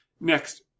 Next